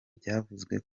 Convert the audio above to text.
byavuzwe